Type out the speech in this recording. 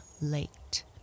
late